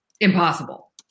impossible